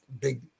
Big